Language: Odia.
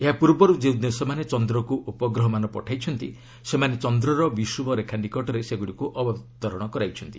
ଏହା ପୂର୍ବର୍ତ୍ତ ଯେଉଁ ଦେଶମାନେ ଚନ୍ଦ୍ରକୃ ଉପଗ୍ରହମାନ ପଠାଇଛନ୍ତି ସେମାନେ ଚନ୍ଦ୍ରର ବିଶ୍ୱବ ରେଖା ନିକଟରେ ସେଗୁଡ଼ିକୃ ଅବତରଣ କରାଇଛନ୍ତି